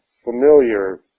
familiar